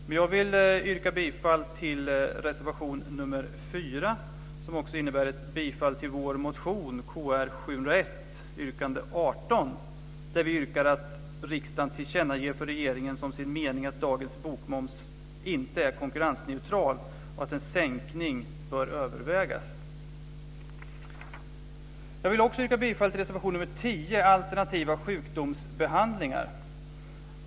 Men jag vill yrka bifall till reservation 4 som också innebär ett bifall till vår motion Kr701 yrkande 18, där vi yrkar att riksdagen tillkännager för regeringen som sin mening att dagens bokmoms inte är konkurrensneutral och att en sänkning bör övervägas. Jag vill också yrka bifall till reservation 10 om alternativa sjukdomsbehandlingar.